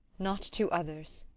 not to others.